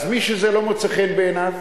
אז מי שזה לא מוצא חן בעיניו